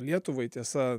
lietuvai tiesa